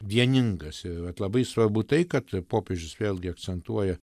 vieningas vat labai svarbu tai kad popiežius vėlgi akcentuoja